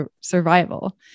survival